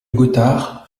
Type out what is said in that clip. gothard